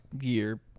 year